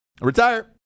retire